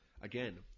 Again